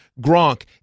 Gronk